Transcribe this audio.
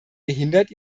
gehindert